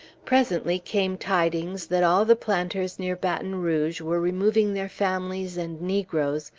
presently came tidings that all the planters near baton rouge were removing their families and negroes,